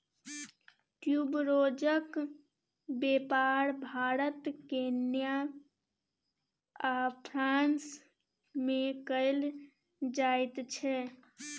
ट्यूबरोजक बेपार भारत केन्या आ फ्रांस मे कएल जाइत छै